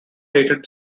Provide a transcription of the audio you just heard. dated